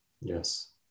Yes